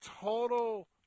total